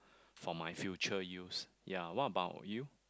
for my future use ya what about you